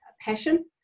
passion